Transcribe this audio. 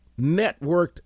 networked